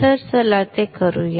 तर चला ते करूया